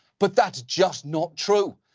but that's just not true.